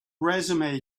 resume